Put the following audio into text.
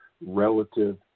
relative